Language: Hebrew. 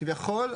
כביכול,